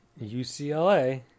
UCLA